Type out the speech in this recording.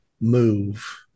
move